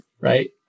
right